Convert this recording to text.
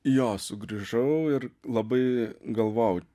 jo sugrįžau ir labai galvojau